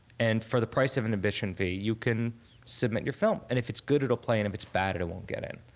and for the price of an admission fee, you can submit your film. and if it's good, it'll play. if it's bad, it it won't get in.